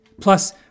Plus